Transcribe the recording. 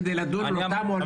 כדי לדון באותם עולים.